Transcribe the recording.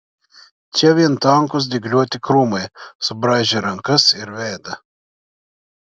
čia vien tankūs dygliuoti krūmai subraižę rankas ir veidą